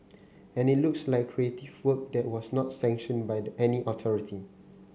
and it looks like creative work that was not sanctioned by any authority